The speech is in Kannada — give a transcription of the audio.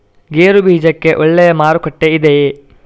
ಗೇರು ಬೀಜಕ್ಕೆ ಒಳ್ಳೆಯ ಮಾರುಕಟ್ಟೆ ಇದೆಯೇ?